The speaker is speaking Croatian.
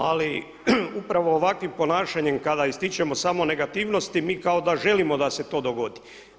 Ali upravo ovakvim ponašanjem kada ističemo samo negativnosti, mi kao da želimo da se to dogodi.